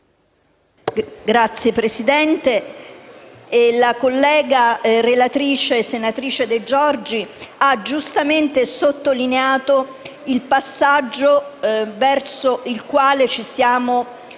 Signor Presidente, la collega relatrice, senatrice Di Giorgi, ha giustamente sottolineato il passaggio verso il quale ci stiamo dirigendo: